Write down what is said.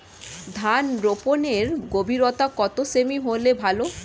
ধান রোপনের গভীরতা কত সেমি হলে ভালো?